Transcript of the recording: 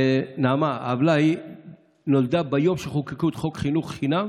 נעמה, העוולה נולדה ביום שחוקקו את חוק חינוך חינם